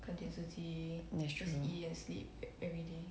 that's true